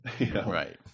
Right